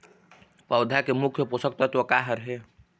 पौधा के मुख्य पोषकतत्व का हर हे?